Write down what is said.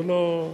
זה לא,